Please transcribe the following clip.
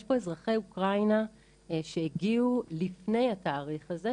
יש פה אזרחי אוקראינה שהגיעו לפני התאריך הזה,